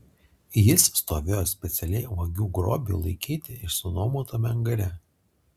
jis stovėjo specialiai vagių grobiui laikyti išsinuomotame angare